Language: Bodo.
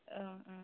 औ